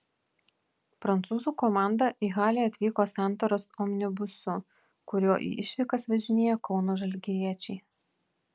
prancūzų komanda į halę atvyko santaros omnibusu kuriuo į išvykas važinėja kauno žalgiriečiai